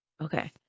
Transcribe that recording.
Okay